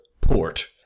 port